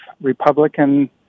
Republican